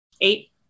Eight